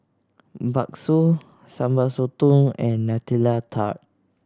bakso Sambal Sotong and Nutella Tart